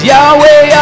Yahweh